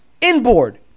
inboard